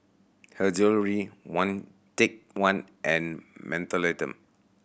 Her Jewellery One Take One and Mentholatum